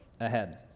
ahead